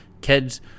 Kids